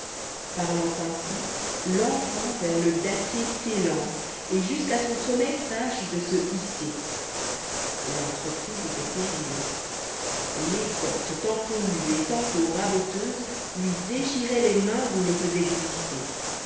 parlant ainsi l'enfant vers le dattier s'élance et jusqu'à son sommet tâche de se hisser l'entreprise étoit périlleuse l'écorce tantôt nue et tantôt raboteuse lui déchirait les mains ou les faisoit glisser